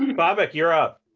and bobak, you're up.